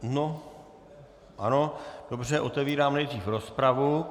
No, ano, dobře, otevírám nejdřív rozpravu.